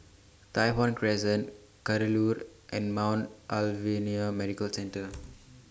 Tai Hwan Crescent Kadaloor and Mount Alvernia Medical Centre